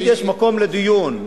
תמיד יש מקום לדיון,